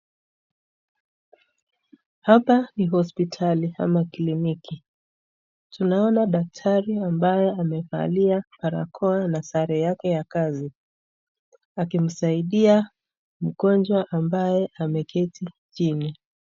Hapa ni hospitali ama kliniki. Tunaona daktari ambaye amevalia barakoa na sare yake ya kazi, akimsaidia mgonjwa ambaye ameketi chini.